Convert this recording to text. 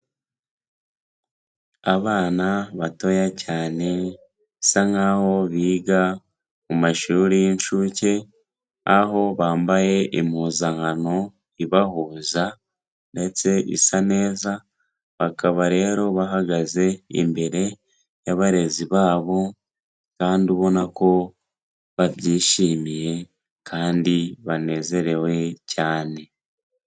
Abana batoya cyane bisa nkaho biga mu mashuri y'inshuke, aho bambaye impuzankano ibahuza ndetse isa neza, bakaba rero bahagaze imbere y'abarezi babo kandi ubona ko babyishimiye kandi banezerewe cyane.